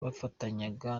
bafatanyaga